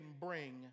bring